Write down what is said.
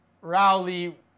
Rowley